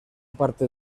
parte